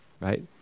right